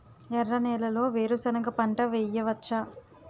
ఎర్ర నేలలో వేరుసెనగ పంట వెయ్యవచ్చా?